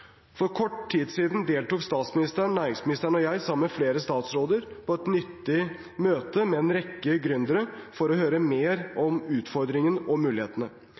For kort tid siden deltok statsministeren, næringsministeren og jeg sammen med flere statsråder på et nyttig møte med en rekke gründere for å høre mer om utfordringene og mulighetene.